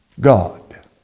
God